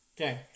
Okay